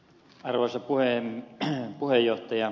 arvoisa puhemies